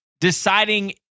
Deciding